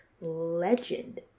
legend